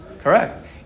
Correct